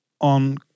on